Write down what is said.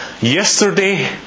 Yesterday